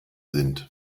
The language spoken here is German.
sind